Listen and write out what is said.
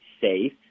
safe